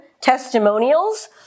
testimonials